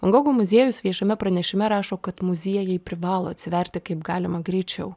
gogo muziejus viešame pranešime rašo kad muziejai privalo atsiverti kaip galima greičiau